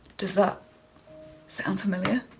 does that sound familiar?